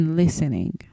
listening